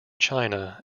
china